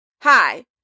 Hi